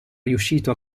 riuscito